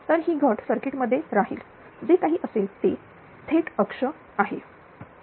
तर ही घट सर्किटमध्ये राहील जे काही असेल ते थेट अक्ष आहे